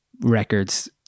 records